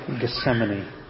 Gethsemane